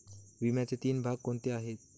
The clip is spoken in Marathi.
विम्याचे तीन भाग कोणते आहेत?